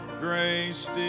grace